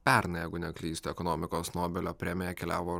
pernai jeigu neklystu ekonomikos nobelio premija keliavo